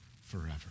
forever